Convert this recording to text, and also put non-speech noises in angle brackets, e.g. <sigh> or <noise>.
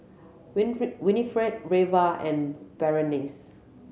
<unintelligible> Winifred Reva and Berenice